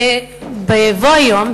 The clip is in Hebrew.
בבוא היום,